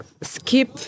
skip